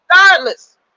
regardless